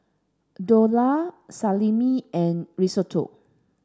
Dhokla Salami and Risotto